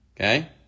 okay